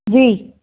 जी